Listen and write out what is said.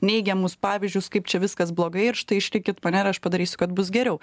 neigiamus pavyzdžius kaip čia viskas blogai ir štai išrinkit mane ir aš padarysiu kad bus geriau